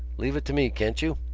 leave it to me, can't you?